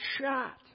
shot